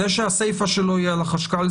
זה שהסיפה שלו היא על החשב הכללי,